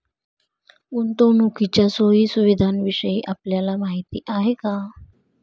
गुंतवणुकीच्या सोयी सुविधांविषयी आपल्याला माहिती आहे का?